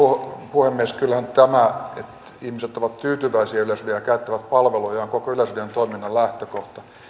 puhemies kyllähän tämä että ihmiset ovat tyytyväisiä yleisradioon ja käyttävät palveluja on koko yleisradion toiminnan lähtökohta